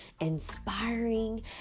inspiring